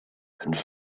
and